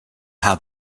how